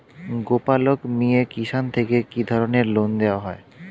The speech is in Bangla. গোপালক মিয়ে কিষান থেকে কি ধরনের লোন দেওয়া হয়?